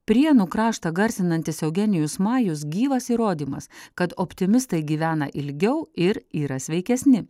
prienų kraštą garsinantis eugenijus majus gyvas įrodymas kad optimistai gyvena ilgiau ir yra sveikesni